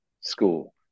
school